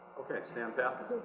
okay, stan passes.